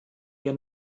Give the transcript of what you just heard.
wir